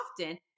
often